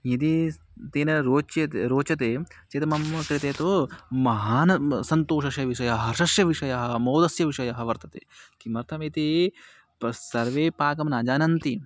यदि तेन रोच्यते रोचते चिद् मम कृते तु महान् सन्तोषस्य विषयः स्वस्य विषयः मोदस्य विषयः वर्तते किमर्थमिति प सर्वे पाकं न जानन्ति